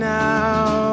now